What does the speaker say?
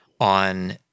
on